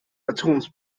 atoms